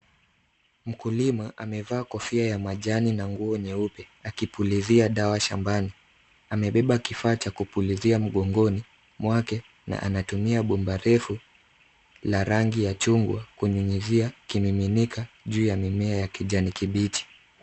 Mkulima amevaa kofia ya manjani na nguo nyeupe akipulizia dawa shambani. Amebeba kifaa cha kupulizia mgongoni mwake na anatumia bomba refu la rangi ya chungwa kunyunyuzia kimininika juu ya mimea ya kijani kibichi.